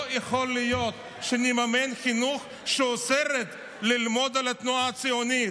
לא יכול להיות שנממן חינוך שאוסר ללמוד על התנועה הציונית.